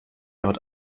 haut